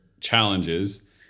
challenges